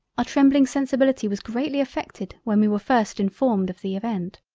our trembling sensibility was greatly affected when we were first informed of the event.